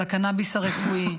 על הקנביס הרפואי,